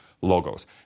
logos